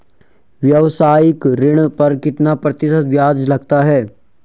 व्यावसायिक ऋण पर कितना प्रतिशत ब्याज लगता है?